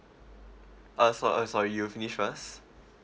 uh so uh sorry you finish first